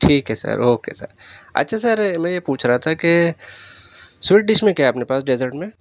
ٹھیک ہے sir okay sir اچھا سر میں یہ پوچھ رہا تھا کہ سویٹ ڈش میں کیا ہے اپنے پاس ڈزٹ میں